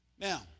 Now